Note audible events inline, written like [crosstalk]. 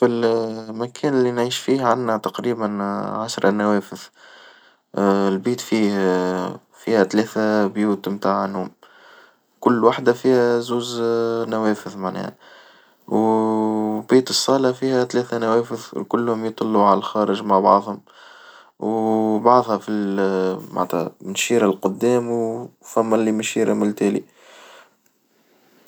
في المكان اللي نعيش فيه عنا تقريبًا [hesitation] عشرة نوافذ البيت فيه [hesitation] فيها تلاتة بيوت متاع نوم كل وحدة فيها جوز نوافذ معناها وبيت الصالة فيها تلاتة نوافذ وكلهم يطلوا عالخارج مع بعضهم وبعضها في المعنتها نشير لقدام وفيهم اليشير للتالي.